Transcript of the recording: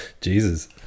jesus